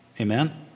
amen